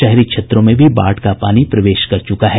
शहरी क्षेत्रों में भी बाढ़ का पानी प्रवेश कर चुका है